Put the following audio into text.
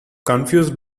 confused